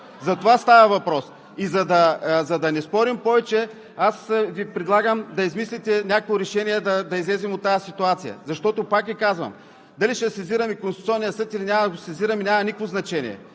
За това става въпрос. И за да не спорим повече, аз Ви предлагам да измислите някакво решение да излезем от тази ситуация. Защото, пак Ви казвам, дали ще сезираме Конституционния съд, или няма да го сезираме – няма никакво значение.